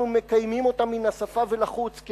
אנחנו מקיימים אותם מן השפה ולחוץ,